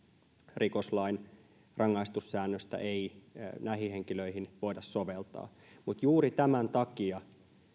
rikoslain rangaistussäännöstä ei näihin henkilöihin voida soveltaa mutta juuri tämän takia